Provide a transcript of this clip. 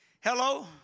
Hello